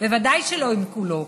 בוודאי שלא עם כולו,